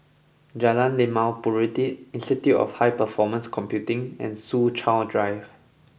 Jalan Limau Purut Institute of High Performance Computing and Soo Chow Drive